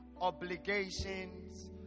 obligations